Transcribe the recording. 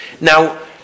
Now